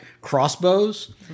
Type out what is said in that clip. crossbows